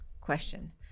question